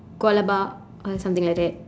koalapa or something like that